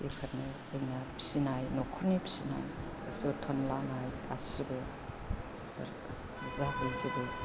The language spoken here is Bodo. बेफोरनो जोंना फिसिनाय न'खरनि फिसिनाय जोथोन लानाय गासैबो बेफोर जाहैजोबो